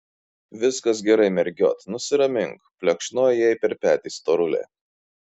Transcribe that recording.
viskas gerai mergiot nusiramink plekšnojo jai per petį storulė